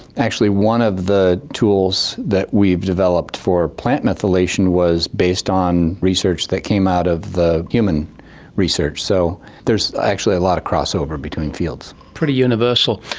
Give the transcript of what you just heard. actually one of the tools that we've developed for plant methylation was based on research that came out of the human research. so there's actually a lot of crossover between fields. pretty universal.